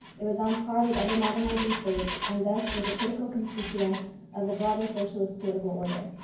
it was on par with other modernizing states, and this was a critical constituent of the broader socialist political order.